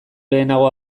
lehenago